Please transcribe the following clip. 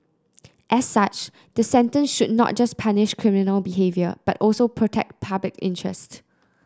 as such the sentence should not just punish criminal behaviour but also protect public interest